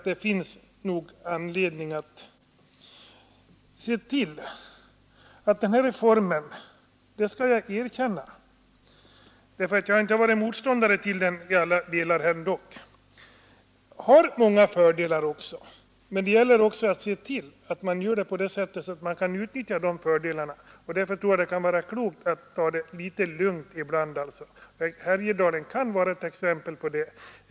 Den här reformen har ändock — det skall jag erkänna, eftersom jag inte har varit motståndare till den i alla delar — många fördelar, men det gäller att se till att man genomför den på ett sådant sätt att man kan utnyttja de fördelarna. Därför tror jag det kan vara klokt att ta det litet lugnt ibland. Härjedalen kan vara ett exempel på det.